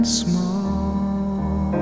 small